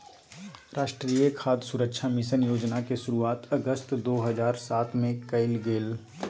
राष्ट्रीय खाद्य सुरक्षा मिशन योजना के शुरुआत अगस्त दो हज़ार सात में कइल गेलय